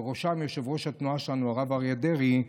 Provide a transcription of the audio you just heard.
ובראשם יושב-ראש התנועה שלנו, הרב אריה דרעי,